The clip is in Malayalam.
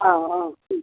ആ ആ